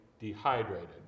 dehydrated